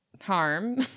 harm